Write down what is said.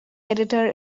editor